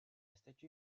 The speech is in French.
statue